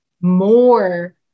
more